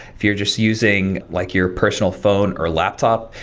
if you're just using like your personal phone or laptop,